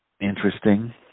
Interesting